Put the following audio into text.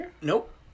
Nope